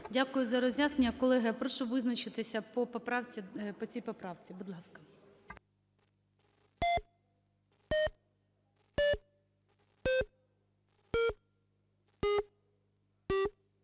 Дякую за роз'яснення. Колеги, я прошу визначитися по поправці,